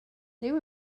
there